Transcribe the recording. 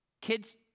kids